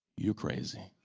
you crazy.